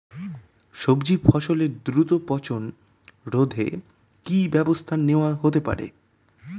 সবজি ফসলের দ্রুত পচন রোধে কি ব্যবস্থা নেয়া হতে পারে?